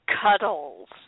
Cuddles